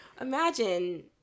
Imagine